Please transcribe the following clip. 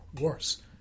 worse